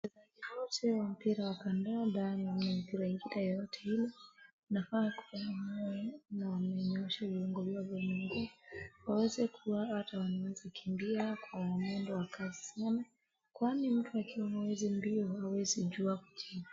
Wachezaji wote wa mpira wa kandanda na mipira ingine yoyote ile wanafaa kuwa wamenyoosha viungo vyao vya miguu waweze kuwa hata wakiweza kukimbia kwa mwendo wa kasi sana, kwani mtu akiwa hawezi mbio hawezi jua kucheza.